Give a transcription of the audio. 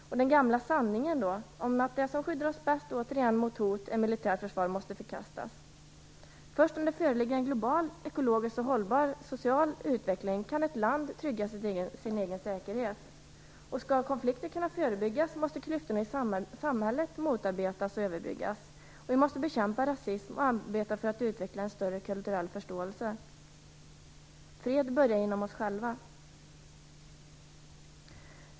Den gamla s.k. sanningen om att det som skyddar oss bäst mot hot är militärt försvar måste förkastas. Först om det föreligger en global ekologiskt och socialt hållbar utveckling kan ett land trygga sin egen säkerhet. Skall konflikter kunna förebyggas måste klyftorna i samhället motarbetas och överbryggas. Vi måste bekämpa rasism och arbeta för att utveckla en större kulturell förståelse. Fred börjar inom oss själva.